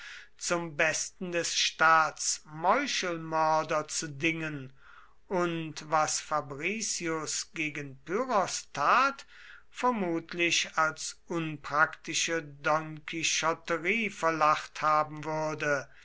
zum besten des staats meuchelmörder zu dingen und was fabricius gegen pyrrhos tat vermutlich als unpraktische donquichotterie verlacht haben würde